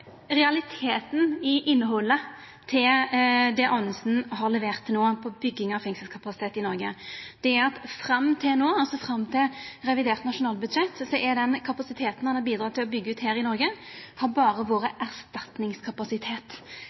realiteten når det gjeld innhaldet i det Anundsen har levert på bygging av fengselskapasitet i Noreg, er at fram til no, altså fram til revidert nasjonalbudsjett, har den kapasiteten han har bidrege til å byggja ut her i Noreg, berre vore erstatningskapasitet,